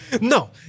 No